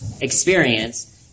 experience